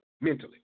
mentally